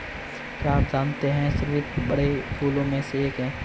क्या आप जानते है स्रीवत बड़े फूलों में से एक है